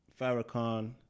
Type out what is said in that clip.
Farrakhan